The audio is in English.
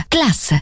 Class